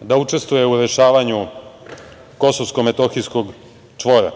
da učestvuje u rešavanju kosovsko-metohijskog čvora,